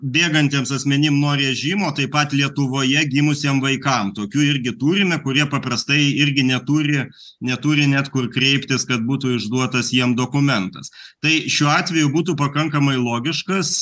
bėgantiems asmenim nuo režimo taip pat lietuvoje gimusiem vaikam tokių irgi turime kurie paprastai irgi neturi neturi net kur kreiptis kad būtų išduotas jiem dokumentas tai šiuo atveju būtų pakankamai logiškas